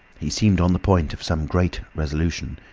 he seemed on the point of some great resolution.